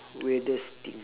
weirdest thing